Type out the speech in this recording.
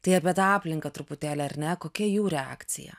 tai apie tą aplinką truputėlį ar ne kokia jų reakcija